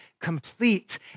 complete